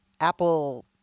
Apple